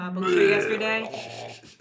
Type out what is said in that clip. yesterday